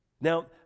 Now